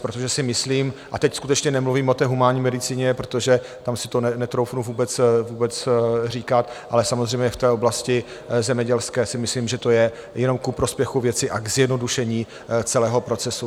Protože si myslím a teď skutečně nemluvím o humánní medicíně, protože tam si to netroufnu vůbec říkat ale samozřejmě v oblasti zemědělské si myslím, že to je jenom ku prospěchu věci a k zjednodušení celého procesu.